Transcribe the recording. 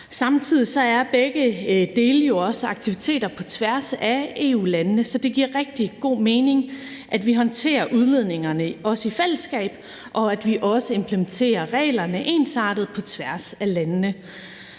Samtidig er begge dele jo også aktiviteter på tværs af EU-landene, så det giver rigtig god mening, at vi også håndterer udledningerne i fællesskab, og at vi også implementerer reglerne ensartet på tværs af landene.